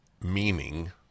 meaning